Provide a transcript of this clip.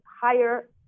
higher